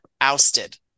ousted